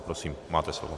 Prosím, máte slovo.